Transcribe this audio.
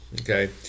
okay